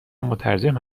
مترجم